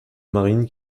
marine